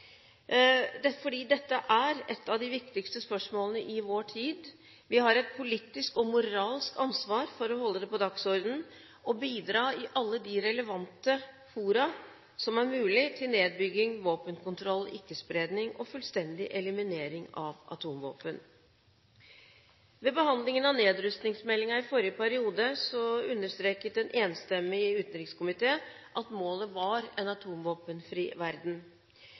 fordi dette er et av de viktigste spørsmålene i vår tid. Vi har et politisk og moralsk ansvar for å holde det på dagsordenen, og bidra i alle de relevante fora som er mulig, til nedbygging, våpenkontroll, ikke-spredning og fullstendig eliminering av atomvåpen. Ved behandlingen av nedrustingsmeldingen i forrige periode understreket en enstemmig utenrikskomité at målet var en atomvåpenfri verden,